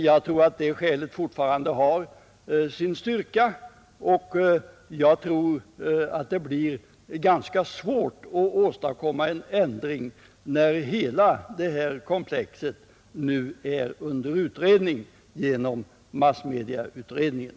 Jag tror att det skälet fortfarande har sin styrka och att det blir ganska svårt att åstadkomma en ändring när hela detta komplex nu är under utredning genom massmediautredningen.